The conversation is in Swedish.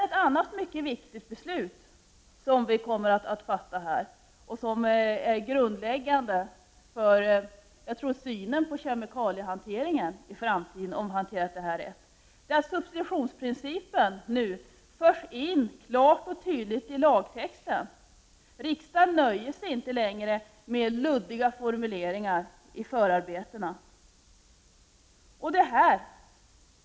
Ett annat mycket viktigt beslut som vi kommer att fatta här i dag och som är grundläggande för synen på kemikaliehanteringen i framtiden är att substitutionsprincipen nu förs in klart och tydligt i lagtexten. Riksdagen nöjer sig inte längre med luddiga formuleringar i förarbetena.